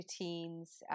routines